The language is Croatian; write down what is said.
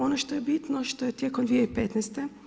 Ono što je bitno što je tijekom 2015.